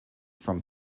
from